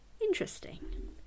interesting